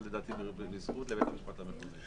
אבל לדעתי בזכות לבית המשפט המחוזי.